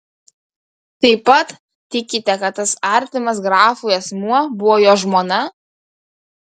taip pat tikite kad tas artimas grafui asmuo buvo jo žmona